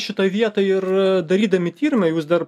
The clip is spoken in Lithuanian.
šitoj vietoj ir darydami tyrimą jūs dar